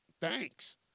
thanks